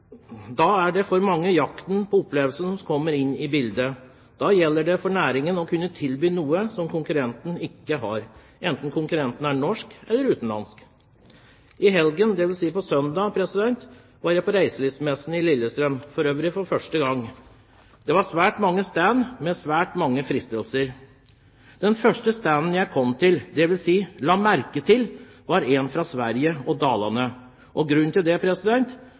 jakten på opplevelsene kommer inn i bildet. Da gjelder det for næringen å kunne tilby noe som konkurrenten ikke har, enten konkurrenten er norsk eller utenlandsk. I helgen, dvs. på søndag, var jeg på reiselivsmessen på Lillestrøm – for øvrig for første gang. Det var svært mange stander, med svært mange fristelser. Den første standen jeg kom til, dvs. la merke til, var en fra Sverige, og Dalarna. Grunnen til det